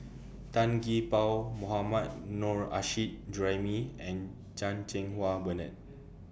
Tan Gee Paw Mohammad Nurrasyid Juraimi and Chan Cheng Wah Bernard